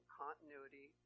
continuity